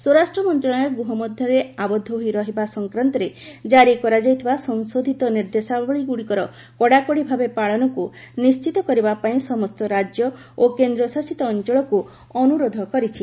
ସ୍ୱରାଷ୍ଟ୍ର ମନ୍ତ୍ରଣାଳୟ ଗୃହ ମଧ୍ୟରେ ଆବଦ୍ଧ ହୋଇ ରହିବା ସଂକ୍ରାନ୍ତରେ ଜାରି କରାଯାଇଥିବା ସଂଶୋଧିତ ନିର୍ଦ୍ଦେଶାବଳୀଗୁଡ଼ିକର କଡ଼ାକଡ଼ି ଭାବେ ପାଳନକୁ ନିଶ୍ଚିତ କରିବା ପାଇଁ ସମସ୍ତ ରାଜ୍ୟ ଓ କେନ୍ଦ୍ର ଶାସିତ ଅଞ୍ଚଳକୁ ଅନୁରୋଧ କରିଛି